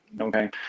okay